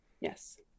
yes